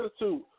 attitude